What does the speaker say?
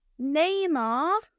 Neymar